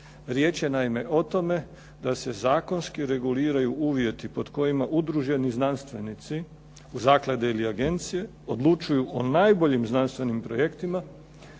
Riječ je naime o tome da se zakonski reguliraju uvjeti pod kojima udruženi znanstvenici zaklade ili agencije odlučuju o najboljim znanstvenim projektima,